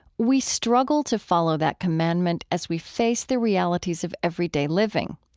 we struggle to follow that commandment as we face the realities of everyday living.